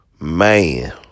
man